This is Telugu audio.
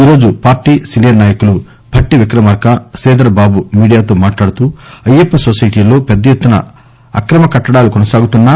ఈరోజు పార్టీ సీనియర్ నాయకులు భట్టి విక్రమార్క శ్రీధర్ బాబు మీడియాతో మాట్లాడుతూ అయ్యప్ప నొసైటీలో పెద్దఎత్తున అక్రమ కట్టడాలు కొనసాగుతున్నా